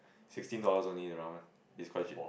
sixteen dollars only the ramen it's quite cheap